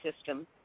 system